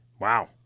Wow